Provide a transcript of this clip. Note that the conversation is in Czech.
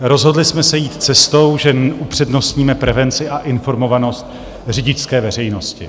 Rozhodli jsme se jít cestou, že upřednostníme prevenci a informovanost řidičské veřejnosti.